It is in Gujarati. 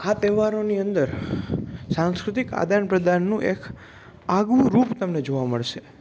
આ તહેવારોની અંદર સાંસ્કૃતિક આદાનપ્રદાનનું એક આગવું રૂપ તમને જોવા મળશે